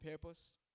purpose